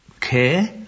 care